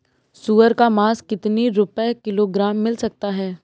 सुअर का मांस कितनी रुपय किलोग्राम मिल सकता है?